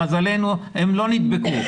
למזלנו הן לא נדבקו.